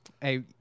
Hey